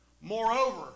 Moreover